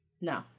No